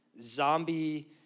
zombie